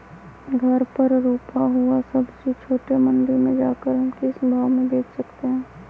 घर पर रूपा हुआ सब्जी छोटे मंडी में जाकर हम किस भाव में भेज सकते हैं?